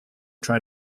try